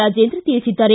ರಾಜೇಂದ್ರ ತಿಳಿಸಿದ್ದಾರೆ